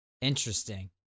Interesting